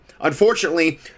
unfortunately